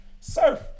Surf